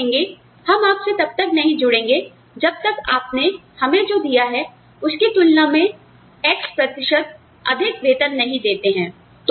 और वे कहेंगे हम आपसे तब तक नहीं जुड़ेंगे जब तक आपने हमें जो दिया है उसकी तुलना में 'X' प्रतिशत अधिक वेतन नहीं देते हैं